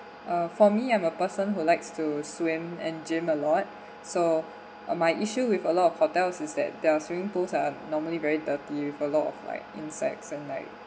uh for me I'm a person who likes to swim and gym a lot so uh my issue with a lot of hotels is that their swimming pools are normally very dirty with a lot of like insects and like